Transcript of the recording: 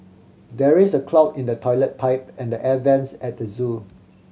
there is a clog in the toilet pipe and the air vents at the zoo